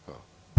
Hvala.